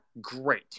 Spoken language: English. great